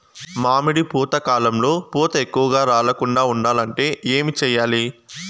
మామిడి పూత కాలంలో పూత ఎక్కువగా రాలకుండా ఉండాలంటే ఏమి చెయ్యాలి?